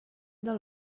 del